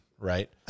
Right